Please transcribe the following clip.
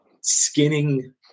skinning